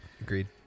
agreed